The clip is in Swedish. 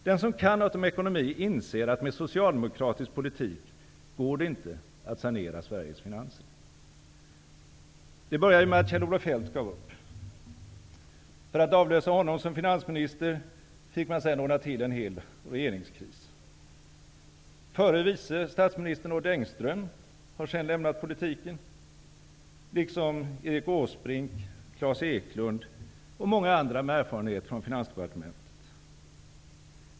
Den som kan något om ekonomi inser att med socialdemokratisk politik går det inte att sanera Sveriges finanser. Det började med att Kjell-Olof Feldt gav upp. För att avlösa honom som finansminister fick man ordna till en hel regeringskris. Förre vice statsministern Odd Engström har sedan lämnat politiken, liksom Erik Åsbrink, Klas Eklund och många andra med erfarenhet från finansdepartementet.